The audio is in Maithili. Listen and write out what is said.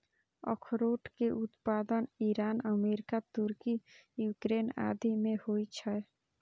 अखरोट के उत्पादन ईरान, अमेरिका, तुर्की, यूक्रेन आदि मे होइ छै